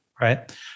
right